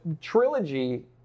Trilogy